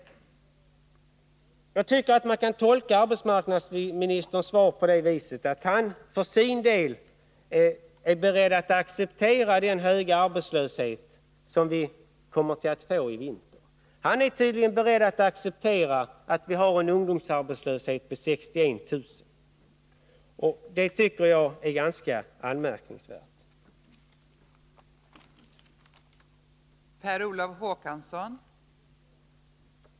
Jag tycker att man kan tolka arbetsmarknadsministerns svar på det viset att han för sin del är beredd att acceptera den höga arbetslöshet som vi kommer att få i vinter, att han accepterar en ungdomsarbetslöshet på 61000 Nr 27 personer. Måndagen den Det tycker jag är ganska anmärkningsvärt.